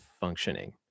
functioning